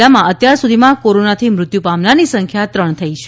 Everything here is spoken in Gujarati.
જિલ્લામાં અત્યાર સુધીમાં કોરોનાથી મૃત્યુ પામનારની સંખ્યા ત્રણ થઈ છે